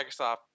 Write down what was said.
microsoft